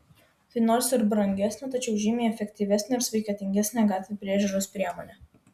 tai nors ir brangesnė tačiau žymiai efektyvesnė ir sveikatingesnė gatvių priežiūros priemonė